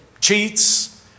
cheats